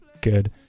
Good